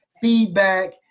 feedback